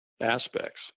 aspects